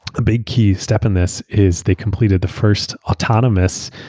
a big key step in this is they completed the first autonomous